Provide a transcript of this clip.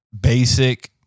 basic